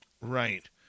right